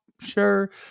Sure